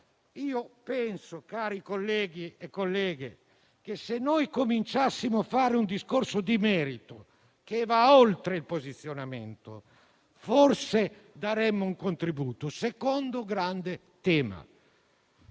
Insomma, colleghi e colleghe, penso che, se cominciassimo a fare un discorso di merito che va oltre il posizionamento, forse daremmo un contributo. Il secondo grande tema